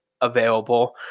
available